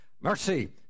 mercy